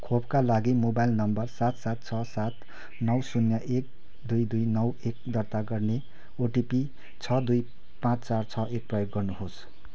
खोपका लागि mobile number सात सात छ सात नौ शून्य एक दुई दुई नौ एक दर्ता गर्न ओटिपी छ दुई पाँच चार छ एक प्रयोग गर्नुहोस्